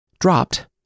dropped